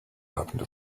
happened